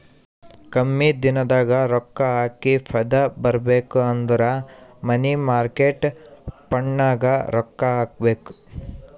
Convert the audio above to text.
ಕಮ್ಮಿ ದಿನದಾಗ ರೊಕ್ಕಾ ಹಾಕಿ ಫೈದಾ ಬರ್ಬೇಕು ಅಂದುರ್ ಮನಿ ಮಾರ್ಕೇಟ್ ಫಂಡ್ನಾಗ್ ರೊಕ್ಕಾ ಹಾಕಬೇಕ್